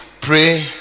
Pray